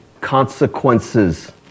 consequences